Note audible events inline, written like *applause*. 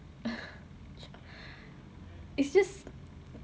*laughs* it's just